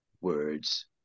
words